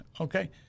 okay